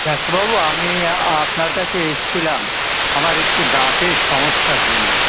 ডাক্তারবাবু আমি আপনার কাছে এসেছিলাম আমার একটু দাঁতের সমস্যার জন্যে